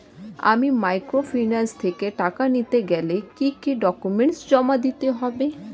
আমি মাইক্রোফিন্যান্স থেকে টাকা নিতে গেলে কি কি ডকুমেন্টস জমা দিতে হবে?